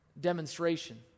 demonstration